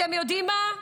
אתם יודעים מה?